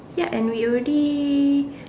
ya and we already